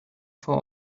vor